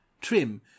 Trim